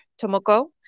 Tomoko